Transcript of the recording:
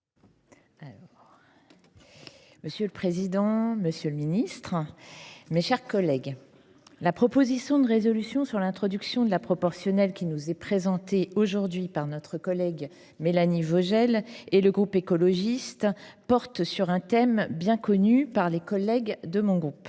Monsieur le président, monsieur le ministre, mes chers collègues, la proposition de résolution appelant à l’introduction de la proportionnelle pour les élections législatives qui nous est présentée aujourd’hui par notre collègue Mélanie Vogel et le groupe écologiste porte sur un thème bien connu de mes collègues du groupe